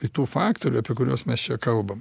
kitų faktorių apie kuriuos mes čia kalbam